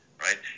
right